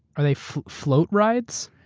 are they floatrides?